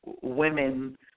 women